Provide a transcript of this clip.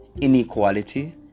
inequality